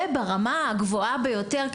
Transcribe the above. וברמה הגבוהה ביותר,